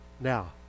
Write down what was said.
Now